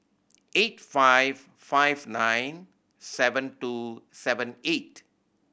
eight five five nine seven two seven eight